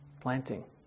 planting